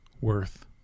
worth